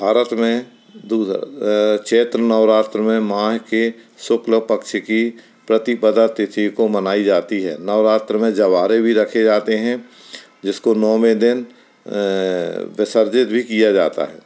भारत में चैत्र नवरात्र में माँ के शुक्लपक्ष की प्रतिपदा तिथि को मनाई जाती है नवरात्र में जवाड़े भी रखे जाते हैँ जिसको नौवें दिन विसर्जित भी किया जाता है